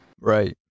Right